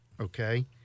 okay